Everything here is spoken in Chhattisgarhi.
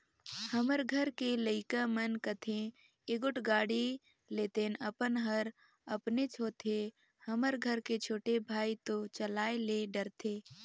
हमर घर के लइका मन कथें एगोट गाड़ी लेतेन अपन हर अपनेच होथे हमर घर के छोटे भाई तो चलाये ले डरथे